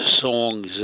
songs